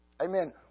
Amen